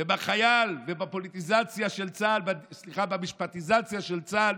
ובחייל ובפוליטיזציה של צה"ל,